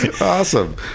Awesome